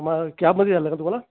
मग कॅबमध्ये यायला लागेल का तुम्हाला